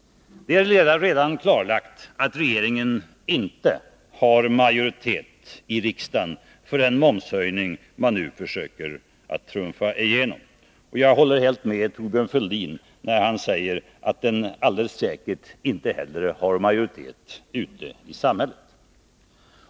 Det är redan klarlagt att regeringen inte har majoritet i riksdagen för den momshöjning man nu försöker trumfa igenom. Och jag håller helt med Thorbjörn Fälldin när han säger att den alldeles säkert inte heller har majoritet ute i samhället.